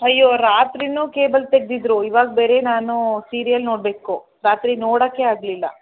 ಅಯ್ಯೋ ರಾತ್ರಿಯೂ ಕೇಬಲ್ ತೆಗೆದಿದ್ರು ಇವಾಗ ಬೇರೆ ನಾನು ಸೀರಿಯಲ್ ನೋಡಬೇಕು ರಾತ್ರಿ ನೋಡೋಕ್ಕೇ ಆಗಲಿಲ್ಲ